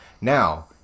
Now